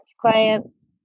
clients